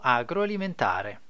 agroalimentare